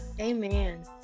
amen